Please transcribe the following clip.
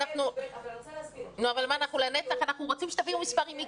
אנחנו רוצים שתביאו מספר עם היגיון.